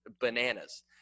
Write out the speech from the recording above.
bananas